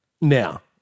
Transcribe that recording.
now